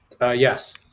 Yes